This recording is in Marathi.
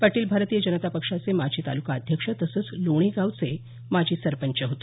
पाटील भारतीय जनता पक्षाचे माजी तालुका अध्यक्ष तसंच लोणी गावचे माजी सरपंच होते